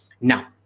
Now